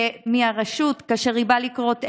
ואת הרשות, כאשר היא באה לכרות עץ,